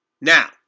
Now